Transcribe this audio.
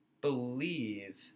believe